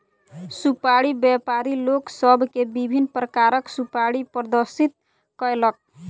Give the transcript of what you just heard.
सुपाड़ी व्यापारी लोक सभ के विभिन्न प्रकारक सुपाड़ी प्रदर्शित कयलक